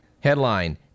Headline